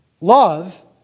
Love